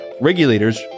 regulators